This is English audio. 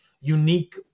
unique